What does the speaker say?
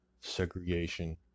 segregation